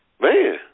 man